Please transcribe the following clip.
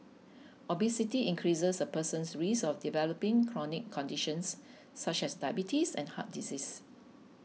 obesity increases a person's risk of developing chronic conditions such as diabetes and heart disease